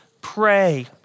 pray